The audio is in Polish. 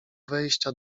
wejścia